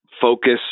focus